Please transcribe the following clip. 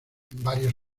varios